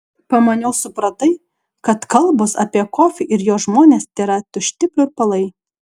pamaniau supratai kad kalbos apie kofį ir jo žmones tėra tušti pliurpalai